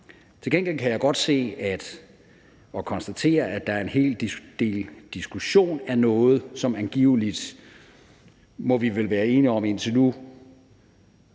Til gengæld kan jeg godt se og konstatere, at der er en hel del diskussion af noget, som angiveligt – må vi vel være enige om indtil nu